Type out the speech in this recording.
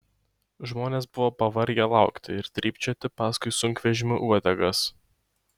žmonės buvo pavargę laukti ir trypčioti paskui sunkvežimių uodegas